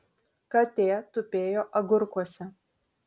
katė tupėjo agurkuose